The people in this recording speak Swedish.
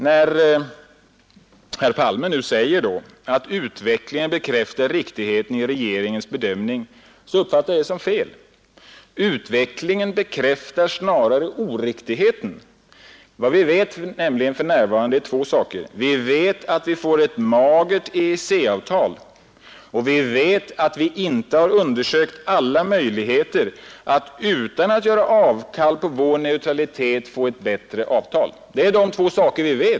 När herr Palme nu säger att utvecklingen bekräftar riktigheten i regeringens bedömning uppfattar jag det som felaktigt. Utvecklingen bekräftar snarare oriktigheten. Vad vi för närvarande vet är två saker: Vi vet att vi får ett magert EEC-avtal, och vi vet att vi inte har undersökt alla möjligheter att utan att göra avkall på vår neutralitet få ett bättre avtal.